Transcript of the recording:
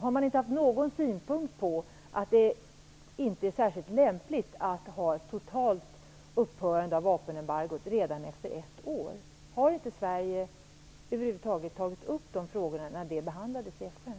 Har man inte haft någon synpunkt på att det inte är särskilt lämpligt att låta vapenembargot upphöra totalt redan efter ett år? Har Sverige över huvud taget inte tagit upp de frågorna när de behandlades i FN?